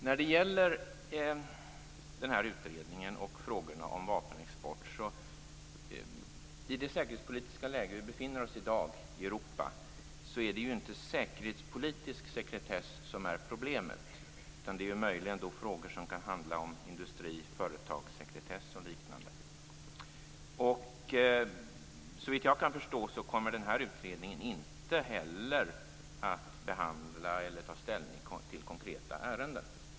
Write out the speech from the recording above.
När det gäller utredningen och frågorna om vapenexport i det säkerhetspolitiska läge vi befinner oss i i dag i Europa är det inte säkerhetspolitisk sekretess som är problemet, utan det är möjligen frågor som kan handla om industri och företagssekretess och liknande. Såvitt jag kan förstå kommer den här utredningen inte heller att behandla eller ta ställning till konkreta ärenden.